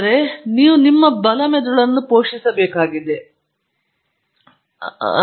ಆದ್ದರಿಂದ ನೀವು ನಿಮ್ಮ ಬಲ ಮೆದುಳನ್ನು ಪೋಷಿಸಬೇಕಾಗಿದೆ ನೀವು ಅದನ್ನು ಹೊಂದಿದ್ದೀರಿ ಮತ್ತು ಅದನ್ನು ಪೋಷಿಸಬೇಕು